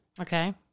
Okay